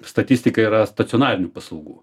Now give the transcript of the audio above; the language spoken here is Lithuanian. statistika yra stacionarinių paslaugų